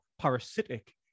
parasitic